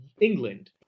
England